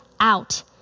Out